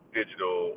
digital